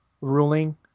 ruling